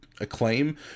Acclaim